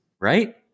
Right